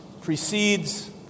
precedes